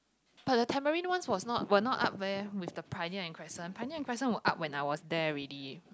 but the Tamarind ones was not were not up leh with the Pioneer and Crescent Pioneer and Crescent were up when I was there already